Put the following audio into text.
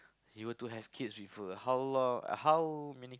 you were to have kids with her ah how long uh how many